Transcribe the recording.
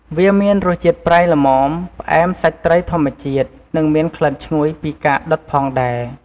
វាមានរសជាតិប្រៃល្មម ផ្អែមសាច់ត្រីធម្មជាតិ និងមានក្លិនឈ្ងុយពីការដុតផងដែរ។